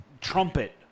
trumpet